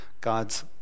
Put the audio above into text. God's